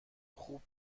خوب